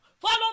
follow